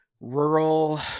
rural